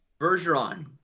Bergeron